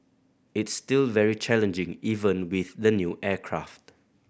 it's still very challenging even with the new aircraft